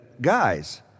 guys